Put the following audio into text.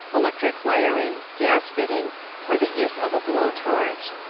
electric wiring, gas-fitting or the use of a blow-torch.